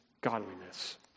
godliness